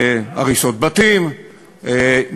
הריסת בתים,